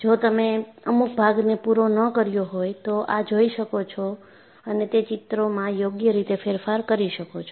જો તમે અમુક ભાગને પૂરો ન કર્યો હોય તો આ જોઈ શકો છો અને તે ચિત્રોમાં યોગ્ય રીતે ફેરફાર કરી શકો છો